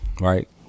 right